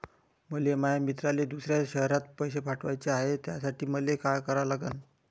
मले माया मित्राले दुसऱ्या शयरात पैसे पाठवाचे हाय, त्यासाठी मले का करा लागन?